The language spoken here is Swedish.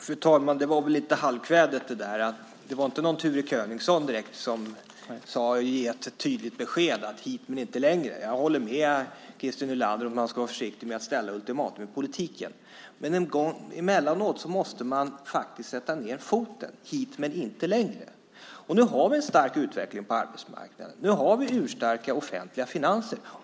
Fru talman! Det var väl lite halvkvädet. Det var inte direkt någon Ture Königson, som gav ett tydligt besked om hit men inte längre. Jag håller med Christer Nylander om att man ska vara försiktig med att ställa ultimatum i politiken. Men emellanåt måste man faktiskt sätta ned foten: Hit men inte längre. Nu har vi en stark utveckling på arbetsmarknaden. Nu har vi urstarka offentliga finanser.